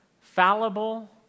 fallible